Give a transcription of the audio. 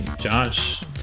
Josh